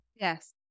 yes